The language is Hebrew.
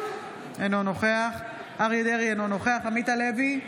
אינו נוכח אריה מכלוף דרעי, אינו נוכח עמית הלוי,